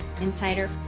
Insider